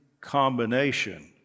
combination